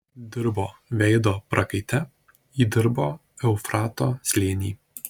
dirbo veido prakaite įdirbo eufrato slėnį